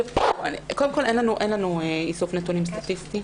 קודם כל, אין לנו איסוף נתונים סטטיסטי.